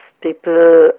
People